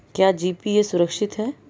क्या जी.पी.ए सुरक्षित है?